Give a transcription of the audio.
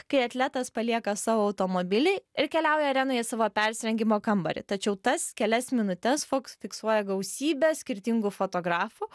kai atletas palieka savo automobilį ir keliauja arenoj į savo persirengimo kambarį tačiau tas kelias minutes foks fiksuoja gausybė skirtingų fotografų